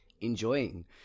enjoying